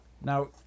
Now